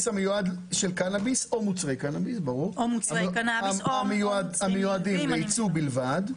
או מוצרי קנאביס המיועדים לייצוא בלבד,